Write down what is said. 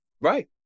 Right